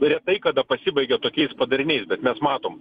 retai kada pasibaigia tokiais padariniais bet mes matom